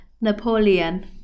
Napoleon